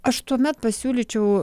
aš tuomet pasiūlyčiau